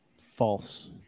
False